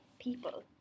people